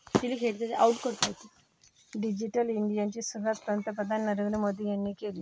digital इंडियाची सुरुवात पंतप्रधान नरेंद्र मोदी यांनी केली